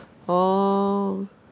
orh